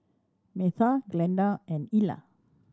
Metha Glenda and Illa